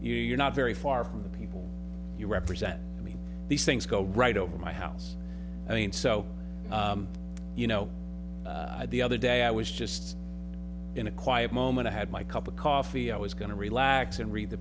you you're not very far from the people you represent i mean these things go right over my house i mean so you know the other day i was just in a quiet moment i had my cup of coffee i was going to relax and read the